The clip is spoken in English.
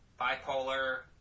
bipolar